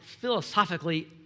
philosophically